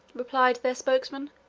replied their spokesman,